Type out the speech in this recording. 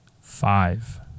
five